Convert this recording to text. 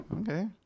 Okay